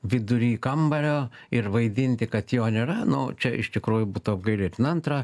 vidury kambario ir vaidinti kad jo nėra nu čia iš tikrųjų būtų apgailėtina antra